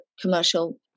commercial